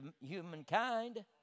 humankind